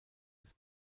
des